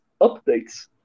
updates